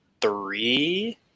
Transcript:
three